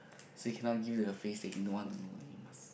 so you cannot give the face that you don't want to go you must